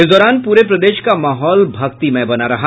इस दौरान पूरे प्रदेश का माहौल भक्तिमय बना रहा